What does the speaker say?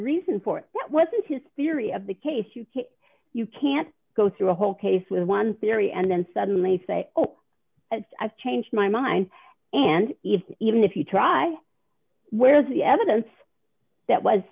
reason for it wasn't his theory of the case you you can't go through a whole case with one theory and then suddenly say oh i've changed my mind and even if you try where's the evidence that was